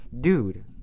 dude